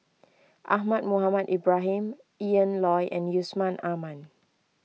Ahmad Mohamed Ibrahim Ian Loy and Yusman Aman